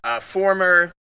former